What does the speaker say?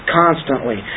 constantly